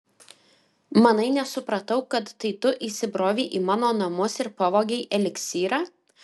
manai nesupratau kad tai tu įsibrovei į mano namus ir pavogei eliksyrą